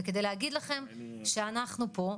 וכדי להגיד לכם שאנחנו פה,